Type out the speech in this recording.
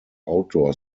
outdoor